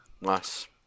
Nice